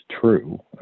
true